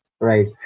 Right